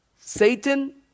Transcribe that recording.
Satan